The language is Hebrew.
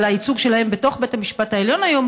אבל הייצוג שלהם בתוך בית המשפט העליון היום,